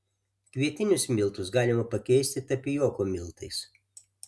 kvietinius miltus galima pakeisti tapijokų miltais